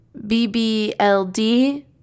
BBLD